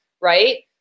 right